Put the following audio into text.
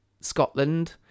Scotland